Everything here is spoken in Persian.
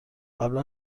قبلا